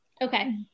Okay